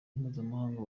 mpuzamakungu